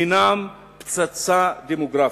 הינם פצצה דמוגרפית.